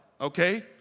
okay